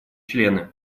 члены